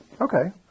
Okay